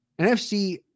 NFC